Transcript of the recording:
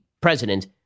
president